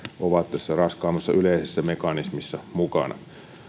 ovat tässä raskaammassa yleisessä mekanismissa mukana